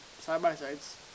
side-by-sides